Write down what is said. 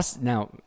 now